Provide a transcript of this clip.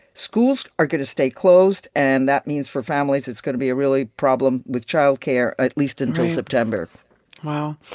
schools are going to stay closed, and that means for families, it's going to be a really problem with child care at least until september wow.